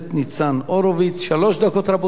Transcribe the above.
שלוש דקות, רבותי, אני אקפיד על הזמן.